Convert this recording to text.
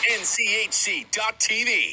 nchc.tv